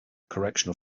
correctional